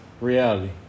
reality